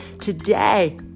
today